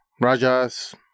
Rajas